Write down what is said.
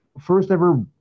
first-ever